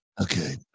okay